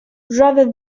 rather